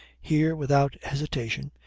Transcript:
here, without hesitation,